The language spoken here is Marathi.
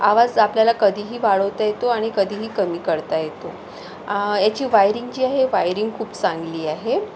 आवाज आपल्याला कधीही वाढवता येतो आणि कधीही कमी करता येतो याची वायरिंग जी आहे वायरिंग खूप चांगली आहे